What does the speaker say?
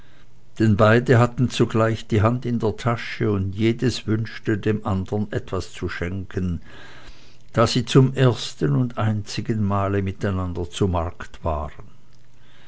denn beide hatten zugleich die hand in der tasche und jedes wünschte dem andern etwas zu schenken da sie zum ersten und einzigen male miteinander zu markt waren